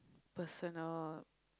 personal